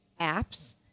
apps